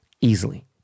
easily